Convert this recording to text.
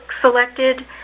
selected